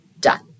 done